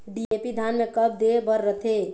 DAP धान मे कब दे बर रथे?